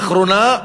האחרונה,